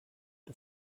the